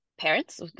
parents